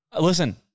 Listen